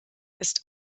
ist